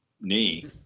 knee